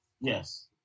Yes